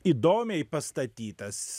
įdomiai pastatytas